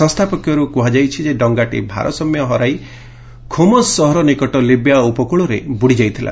ସଂସ୍ଥା ପକ୍ଷରୁ କୁହାଯାଇଛି ଯେ ଡଙ୍ଗାଟି ଭାରସାମ୍ୟ ହରାଇ ଖୋମ୍ସ ସହର ନିକଟ ଲିବ୍ୟା ଉପକୂଳରେ ବୁଡ଼ିଯାଇଥିଲା